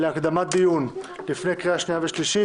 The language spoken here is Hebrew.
הדיון בנושא: